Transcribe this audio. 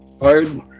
hard